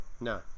No